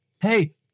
hey